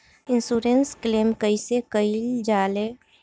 Insurance claim कइसे कइल जा ले?